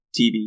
TV